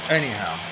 anyhow